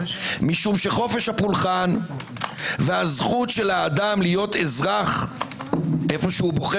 משום שחופש הפולחן והזכות של האדם להיות אזרח היכן שבוחר